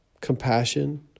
compassion